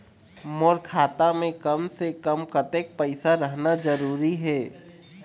मोर खाता मे कम से से कम कतेक पैसा रहना जरूरी हे?